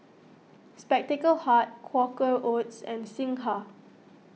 Spectacle Hut Quaker Oats and Singha